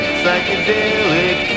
psychedelic